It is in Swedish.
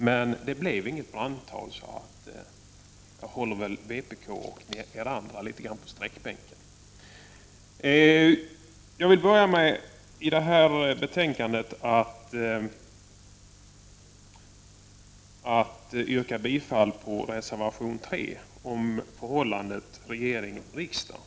Men det blev inget brandtal, så jag håller väl vpk och er andra litet grand på sträckbänken. Jag vill börja med att yrka bifall till reservation 3 till betänkandet, vilken handlar om förhållandet regering-riksdag.